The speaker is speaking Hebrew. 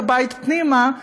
בבית פנימה,